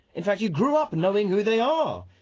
in fact, you grew up knowing who they are.